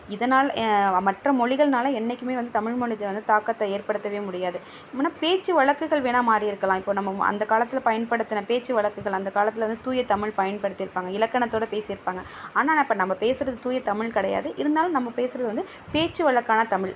இதனால் மற்ற மொழிகளினால என்றைக்குமே வந்து தமிழ் மொழிக்கு வந்து தாக்கத்தை ஏற்படுத்தவே முடியாது வேணுனா பேச்சு வழக்குகள் வேணுனா மாறி இருக்கலாம் இப்போது நம்ம அந்த காலத்தில் பயன்படுத்தின பேச்சு வழக்குகள் அந்த காலத்தில் வந்து தூய தமிழ் பயன்படுத்தியிருக்காங்க இலக்கணத்தோடு பேசியிருப்பாங்க ஆனால் இப்போ நம்ம பேசுகிறது தூய தமிழ் கிடையாது இருந்தாலும் நம்ம பேசுகிறது வந்து பேச்சு வழக்கான தமிழ்